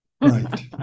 right